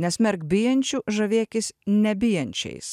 nesmerk bijančių žavėkis nebijančiais